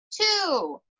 two